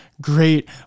great